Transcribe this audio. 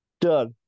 Done